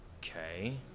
Okay